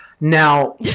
Now